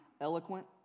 eloquent